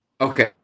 Okay